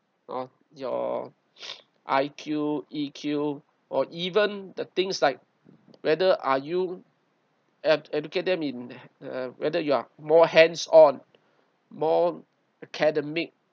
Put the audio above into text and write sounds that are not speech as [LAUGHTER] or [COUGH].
or your [NOISE] I_Q E_Q or even the things like whether are you ed~ educate them in uh whether you are more hands on more academic